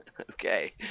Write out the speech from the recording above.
okay